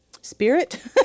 spirit